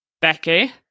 becky